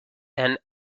and